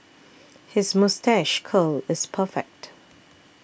his moustache curl is perfect